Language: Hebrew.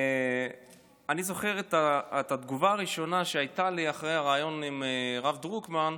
ואני זוכר את התגובה הראשונה שהייתה לי אחרי הריאיון עם הרב דרוקמן,